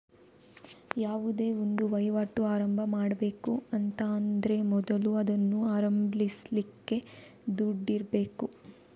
ಯಾವುದೇ ಒಂದು ವೈವಾಟು ಆರಂಭ ಮಾಡ್ಬೇಕು ಅಂತ ಆದ್ರೆ ಮೊದಲು ಅದನ್ನ ಆರಂಭಿಸ್ಲಿಕ್ಕೆ ದುಡ್ಡಿರ್ಬೇಕು